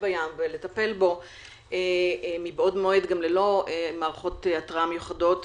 בים ולטפל בו מבעוד מועד גם ללא מערכות התרעה מיוחדות,